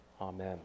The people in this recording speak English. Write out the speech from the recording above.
Amen